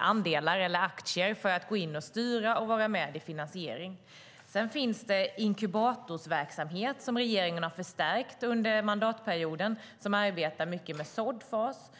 andelar eller aktier för att gå in och styra och vara med i finansieringen. Sedan finns det inkubatorverksamhet, som regeringen har förstärkt under mandatperioden och som arbetar mycket med såddfasen.